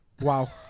Wow